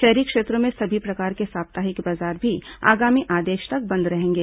शहरी क्षेत्रों में सभी प्रकार को साप्ताहिक बाजार भी आगामी आदेश तक बंद रहेंगे